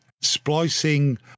splicing